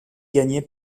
gagné